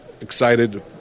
excited